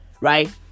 Right